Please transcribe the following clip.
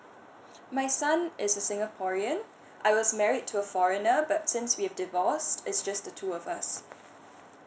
my son is a singaporean I was married to a foreigner that since we've divorced it's just the two of us